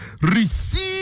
Receive